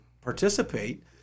participate